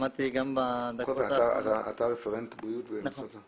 למדתי גם בדקות האחרונות --- אתה רפרנט בריאות במשרד האוצר?